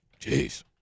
Jeez